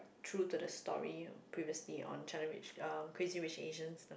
through to the story previously on China Rich um Crazy-Rich-Asians lah